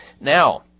Now